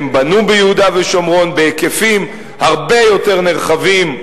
הן בנו ביהודה ושומרון בהיקפים הרבה יותר נרחבים,